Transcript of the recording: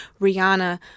Rihanna